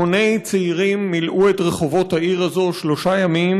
המוני צעירים מילאו את רחובות העיר הזאת שלושה ימים,